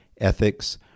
ethics